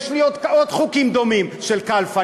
יש לי עוד חוקים דומים של כלפה.